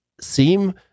seem